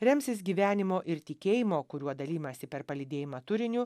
remsis gyvenimo ir tikėjimo kuriuo dalijimąsi per palydėjimą turiniu